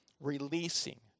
releasing